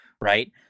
right